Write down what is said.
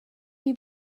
you